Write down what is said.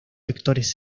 sectores